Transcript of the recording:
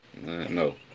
no